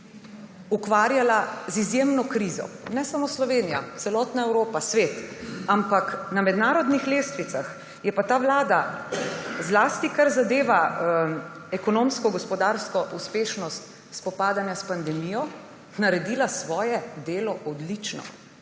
ukvarjala z izjemno krizo? Ne samo Slovenija, celotna Evropa, svet. Ampak na mednarodnih lestvicah je pa ta vlada, zlasti kar zadeva ekonomsko-gospodarsko uspešnost spopadanja s pandemijo, naredila svoje delo odlično.